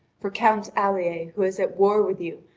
for count alier, who is at war with you,